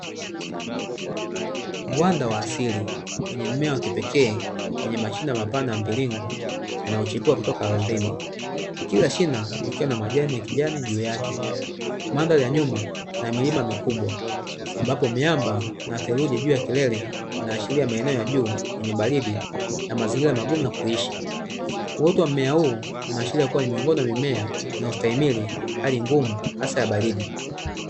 Uwanda wa asili wenye mmea wa kipekee wenye mashine mapana ya mviringo yanayochipua kutoka ardhini, kila shina likiwa na majani ya kijani juu yake, madhari ya nyuma ina milima mikubwa ambapo miamba na theluji juu ya kelele inaashiria maeneo ya juu yenye baridi na mazingira magumu ya kuishi. Uoto wa mmea huu unaashiria kuwa ni miongoni mwa mimea inayostahimili, hali ngumu hasa ya baridi.